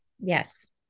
Yes